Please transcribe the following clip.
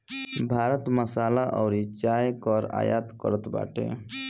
भारत मसाला अउरी चाय कअ आयत करत बाटे